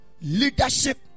leadership